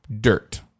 dirt